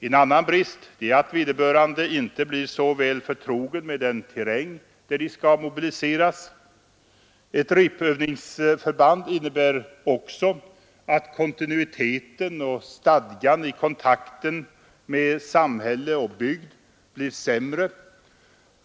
En annan brist är att vederbörande inte blir så väl förtrogen med den terräng där han skall mobiliseras. Med ett repövningsförband blir också kontinuiteten och stadgan i kontakten med samhälle och bygd sämre.